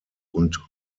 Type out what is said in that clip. und